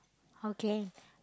okay